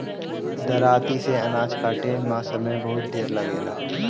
दराँती से अनाज काटे में समय बहुत ढेर लागेला